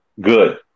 good